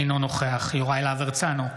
אינו נוכח יוראי להב הרצנו,